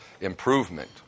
improvement